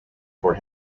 for